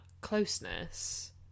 closeness